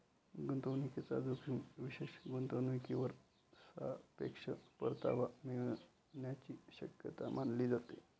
गुंतवणूकीचा जोखीम विशेष गुंतवणूकीवर सापेक्ष परतावा मिळण्याची शक्यता मानली जाते